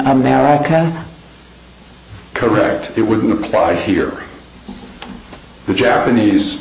america correct it wouldn't apply here the japanese